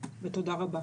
ותודה רבה.